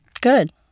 Good